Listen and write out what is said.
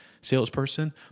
salesperson